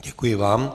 Děkuji vám.